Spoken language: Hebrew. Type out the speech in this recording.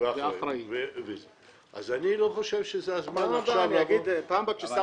אז אני לא חושב שזה הזמן עכשיו- -- פעם הבאה ששר